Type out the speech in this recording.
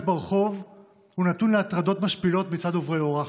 ברחוב הוא נתון להטרדות משפילות מצד עוברי אורח,